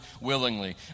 willingly